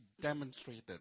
demonstrated